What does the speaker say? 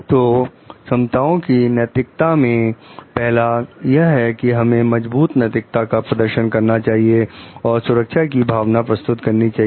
तो क्षमताओं की नैतिकता में पहला यह है कि हमें मजबूत नैतिकता का प्रदर्शन करना चाहिए और सुरक्षा की भावना प्रस्तुत करनी चाहिए